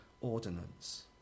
ordinance